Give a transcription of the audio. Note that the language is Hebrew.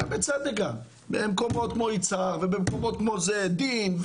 אולי בצדק, במקומות כמו יצהר, שיהיה דין ,